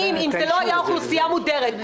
אם זה לא היה אוכלוסייה מודרת,